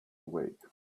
awake